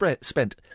spent